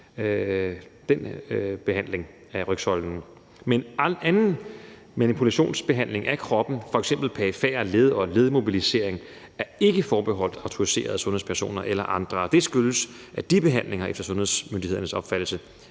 den behandling af rygsøjlen. Men manipulationsbehandling af kroppen, f.eks. perifere led og ledmobilisering, er ikke forbeholdt autoriserede sundhedspersoner. Det skyldes, at de behandlinger efter sundhedsmyndighedernes opfattelse